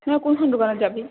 কোনখন দোকানত যাবি